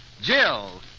Jill